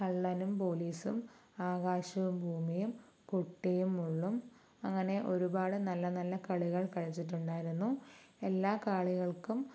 കള്ളനും പോലീസും ആകാശവും ഭൂമിയും പൊട്ടിയും മുള്ളും അങ്ങനെ ഒരുപാട് നല്ല നല്ല കളികൾ കളിച്ചിട്ടുണ്ടായിരുന്നു എല്ലാ കളികൾക്കും